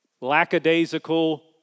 lackadaisical